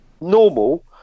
normal